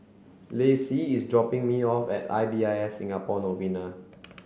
Lacey is dropping me off at I b I S Singapore Novena